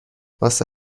واسه